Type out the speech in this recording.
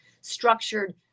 structured